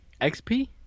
XP